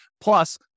Plus